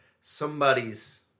somebody's